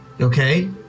Okay